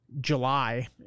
July